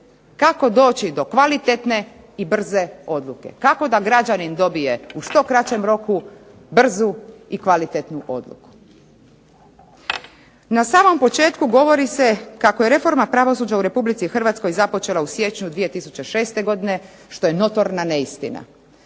kako doći do kvalitetne i brze odluke. Kako da građanin dobije u što kraćem roku brzu i kvalitetnu odluku. Na samom početku govori se kako je reforma pravosuđa u Republici Hrvatskoj započela u siječnju 2006. godine što je notorna neistina.